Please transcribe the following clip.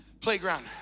playground